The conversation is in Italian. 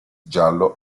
giallo